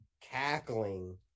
cackling